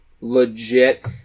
legit